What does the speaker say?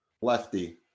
lefty